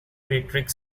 patrick